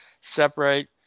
separate